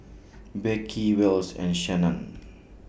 Beckie Wells and Shannen